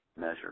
measure